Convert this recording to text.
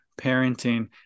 parenting